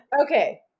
okay